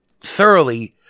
thoroughly